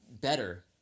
better